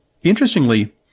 Interestingly